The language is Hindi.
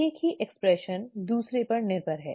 एक की अभिव्यक्ति दूसरे पर निर्भर है